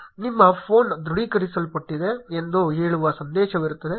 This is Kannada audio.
ನಿಮ್ಮ ಫೋನ್ ದೃಢೀಕರಿಸಲ್ಪಟ್ಟಿದೆ ಎಂದು ಹೇಳುವ ಸಂದೇಶವಿರುತ್ತದೆ